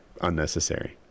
unnecessary